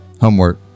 Homework